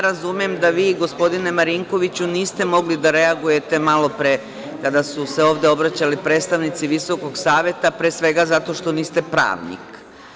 Razumem da vi, gospodine Marinkoviću, niste mogli da reagujete malopre kada su se ovde obraćali predstavnici Visokog saveta, pre svega zato što niste pravnik.